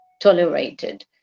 tolerated